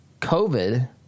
COVID